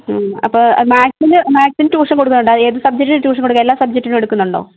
അപ്പോൾ മാത്സിന് മാത്സിന് ട്യൂഷൻ കൊടുക്കാറുണ്ടോ ഏത് സബ്ജക്റ്റിനാണ് ട്യൂഷൻ കൊടുക്കുക എല്ലാ സബ്ജക്റ്റിനും എടുക്കുന്നുണ്ടോ